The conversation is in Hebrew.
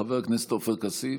חבר הכנסת עופר כסיף.